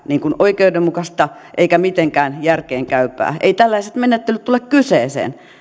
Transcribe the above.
oikeudenmukaista eikä mitenkään järkeenkäypää eivät tällaiset menettelyt tule kyseeseen